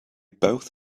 both